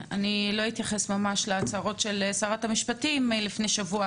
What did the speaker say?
אני לא אתייחס להצהרות שרת הפנים איילת שקד מלפני שבוע